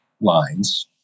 lines